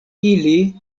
ili